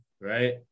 right